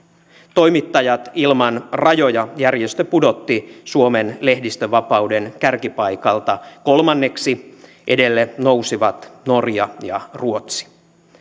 toimittajat ilman rajoja järjestö pudotti suomen lehdistönvapauden kärkipaikalta kolmanneksi edelle nousivat norja ja ruotsi